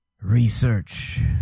research